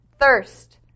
thirst